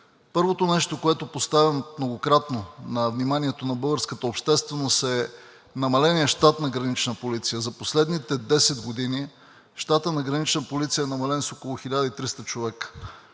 Първото нещо, което поставям многократно на вниманието на българската общественост, е намаленият щат на Гранична полиция. За последните години щатът на Гранична полиция е намален с около 1300 човека.